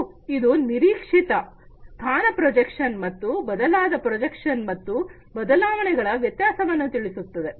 ಮತ್ತು ಇದು ನಿರೀಕ್ಷಿತ ಸ್ಥಾನ ಪ್ರೊಜೆಕ್ಷನ್ ಮತ್ತು ಬದಲಾದ ಪ್ರೊಜೆಕ್ಷನ್ ಮತ್ತು ಬದಲಾವಣೆಗಳ ವ್ಯತ್ಯಾಸವನ್ನು ತಿಳಿಸುತ್ತದೆ